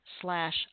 slash